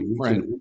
Right